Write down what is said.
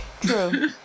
True